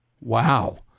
Wow